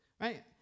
right